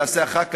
תעשה אחר כך,